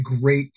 great